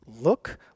look